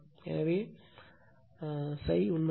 எனவே ∅ உண்மையில் எஃப்